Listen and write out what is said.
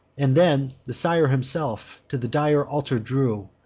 and then the sire himself to the dire altar drew.